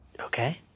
Okay